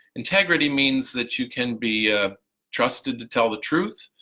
integrity means that you can be trusted to tell the truth.